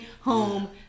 home